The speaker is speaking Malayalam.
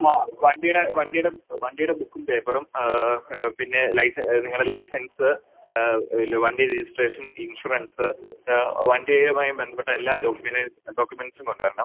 ഉവ് വണ്ടിയുടെ വണ്ടിയുടെ വണ്ടിയുടെ ബുക്കും പേപ്പറും പിന്നെ നിങ്ങളുടെ ലൈസെൻസ് വണ്ടി രജിസ്ട്രേഷൻ ഇൻഷുറൻസ് വണ്ടിയുമായി ബന്ധപ്പെട്ട എല്ലാ ഡോക്യൂമെൻസും കൊണ്ടുവരണം